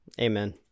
Amen